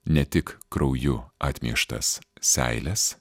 ne tik krauju atmieštas seiles